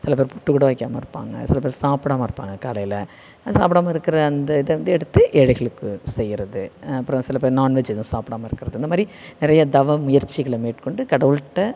சில பேர் பொட்டு கூட வைக்காமல் இருப்பாங்க சில பேர் சாப்பிடாம இருப்பாங்க காலையில் சாப்பிடாம இருக்கிற அந்த இதை வந்து எடுத்து ஏழைகளுக்கு செய்கிறது அப்புறம் சில பேர் நான்வெஜ் எதுவும் சாப்பிடாம இருக்கிறது இந்த மாரி நிறைய தவம் முயற்சிகளை மேற்கொண்டு கடவுள்கிட்ட